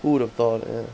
who would have thought ya